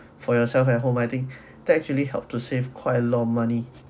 for yourself at home I think that actually helped to save quite a lot of money